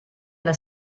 alla